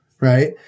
right